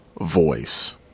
Voice